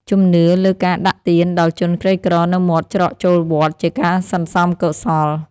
ជំនឿលើការដាក់ទានដល់ជនក្រីក្រនៅមាត់ច្រកចូលវត្ត ជាការសន្សំកុសល។